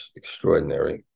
extraordinary